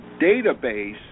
database